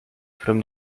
from